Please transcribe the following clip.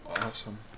Awesome